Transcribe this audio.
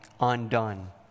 undone